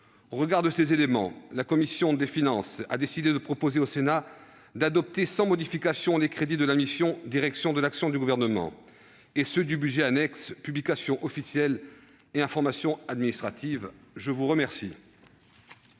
Au regard de ces éléments, celle-ci a décidé de proposer au Sénat d'adopter sans modification les crédits de la mission « Direction de l'action du Gouvernement » et ceux du budget annexe « Publications officielles et information administrative ». La parole